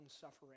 suffering